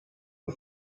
the